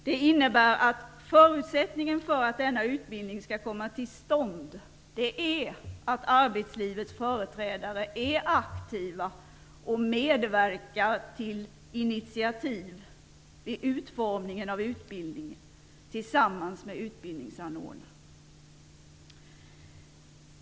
Det innebär att förutsättningen för att denna utbildning skall komma till stånd är att arbetslivets företrädare är aktiva och medverkar till initiativ vid utformningen av utbildningen tillsammans med utbildningsanordnarna.